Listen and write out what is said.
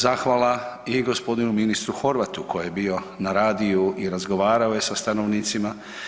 Zahvala i gospodinu ministru Horvatu koji je bio na radiju i razgovarao je sa stanovnicima.